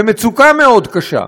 במצוקה מאוד קשה.